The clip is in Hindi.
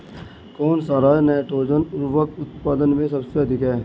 कौन सा राज नाइट्रोजन उर्वरक उत्पादन में सबसे अधिक है?